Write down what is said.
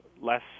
less